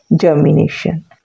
germination